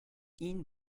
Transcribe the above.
ihn